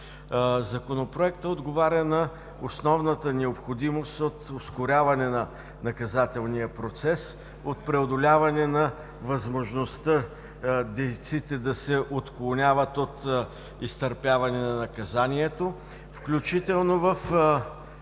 Законопроектът отговаря на основната необходимост от ускоряване на наказателния процес, от преодоляване на възможността дейците да се отклоняват от изтърпяване на наказанието, включително в